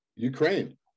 Ukraine